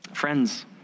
Friends